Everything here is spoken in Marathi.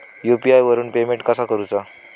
यू.पी.आय वरून पेमेंट कसा करूचा?